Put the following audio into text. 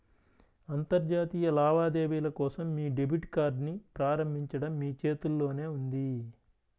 అంతర్జాతీయ లావాదేవీల కోసం మీ డెబిట్ కార్డ్ని ప్రారంభించడం మీ చేతుల్లోనే ఉంది